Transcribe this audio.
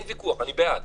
אני בעד.